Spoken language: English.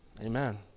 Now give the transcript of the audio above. Amen